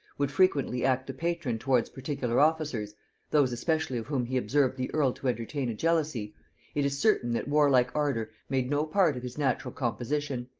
would frequently act the patron towards particular officers those especially of whom he observed the earl to entertain a jealousy it is certain that warlike ardor made no part of his natural composition.